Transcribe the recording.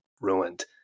ruined